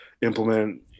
implement